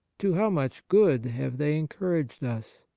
to how much good have they encouraged us?